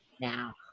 now